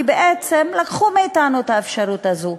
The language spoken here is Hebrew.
כי בעצם לקחו מאתנו את האפשרות הזאת,